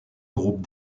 groupes